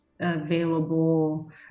available